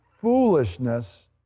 foolishness